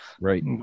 right